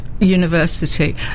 university